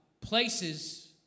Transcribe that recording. places